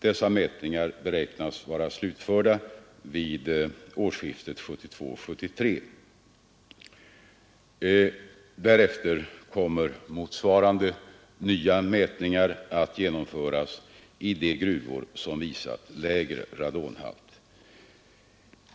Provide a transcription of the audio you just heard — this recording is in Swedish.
Dessa mätningar beräknas vara slutförda vid årsskiftet 1972—1973. Därefter kommer motsvarande nya mätningar att genomföras i de gruvor som visat lägre radonhalt.